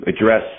address